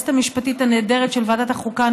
ליועצת המשפטית הנהדרת של ועדת החוקה,